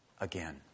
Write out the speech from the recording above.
again